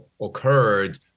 occurred